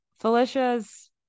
felicia's